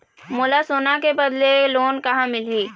मोला सोना के बदले लोन कहां मिलही?